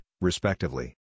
respectively